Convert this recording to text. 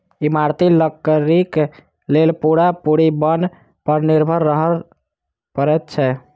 इमारती लकड़ीक लेल पूरा पूरी बन पर निर्भर रहय पड़ैत छै